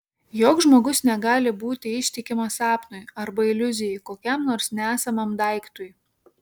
joks žmogus negali būti ištikimas sapnui arba iliuzijai kokiam nors nesamam daiktui